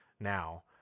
now